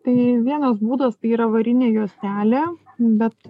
tai vienas būdas tai yra varinė juostelė bet